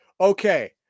okay